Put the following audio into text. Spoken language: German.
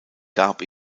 gab